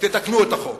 תתקנו את החוק